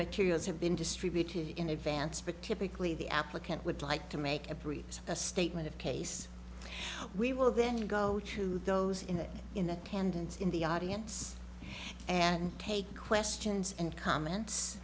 materials have been distributed in advance for typically the applicant would like to make a brief statement of case we will then go to those in that in attendance in the audience and take questions and comments